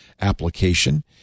application